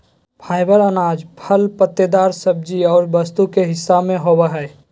fibre अनाज, फल पत्तेदार सब्जी और वस्तु के हिस्सा में होबो हइ